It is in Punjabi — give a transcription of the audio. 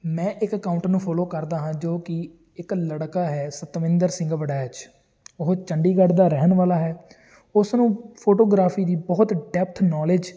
ਮੈਂ ਇੱਕ ਅਕਾਊਂਟ ਨੂੰ ਫੋਲੋ ਕਰਦਾ ਹਾਂ ਜੋ ਕਿ ਇੱਕ ਲੜਕਾ ਹੈ ਸਤਵਿੰਦਰ ਸਿੰਘ ਵੜੈਚ ਉਹ ਚੰਡੀਗੜ੍ਹ ਦਾ ਰਹਿਣ ਵਾਲਾ ਹੈ ਉਸ ਨੂੰ ਫੋਟੋਗ੍ਰਾਫੀ ਦੀ ਬਹੁਤ ਡੈਫਥ ਨੌਲੇਜ